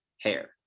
hair